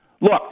Look